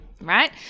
right